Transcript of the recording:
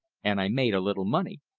and i made a little money.